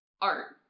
art